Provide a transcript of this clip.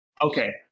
Okay